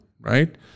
right